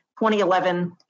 2011